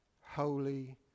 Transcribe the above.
holy